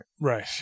right